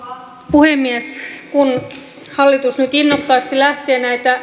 puhemies kun hallitus nyt innokkaasti lähtee näitä